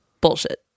Bullshit